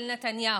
של נתניהו,